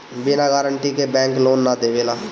बिना गारंटी के bank loan ना देवेला